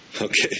okay